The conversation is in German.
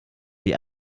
die